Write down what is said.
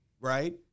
Right